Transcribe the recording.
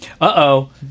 Uh-oh